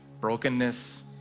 brokenness